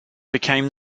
became